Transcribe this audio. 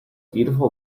beautiful